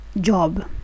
job